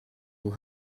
will